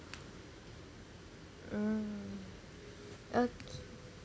mm okay